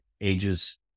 ages